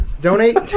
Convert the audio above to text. Donate